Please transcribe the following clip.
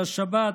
לשבת,